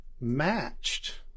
matched